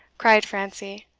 cried francie,